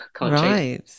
Right